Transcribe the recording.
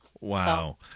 Wow